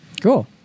Cool